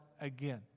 again